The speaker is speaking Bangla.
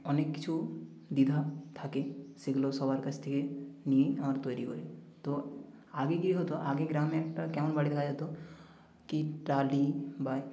অনেক কিছু দ্বিধা থাকে সেগুলো সবার কাছ থেকে নিয়েই আমরা তৈরি করে তো আগে কী হতো আগে গ্রামে একটা কেমন বাড়ি দেখা যেতো কী টালি বা